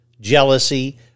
jealousy